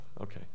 Okay